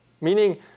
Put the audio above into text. meaning